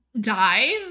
die